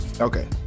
Okay